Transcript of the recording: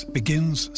begins